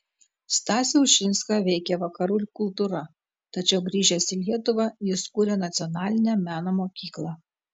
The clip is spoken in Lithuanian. stasį ušinską veikė vakarų kultūra tačiau grįžęs į lietuvą jis kūrė nacionalinę meno mokyklą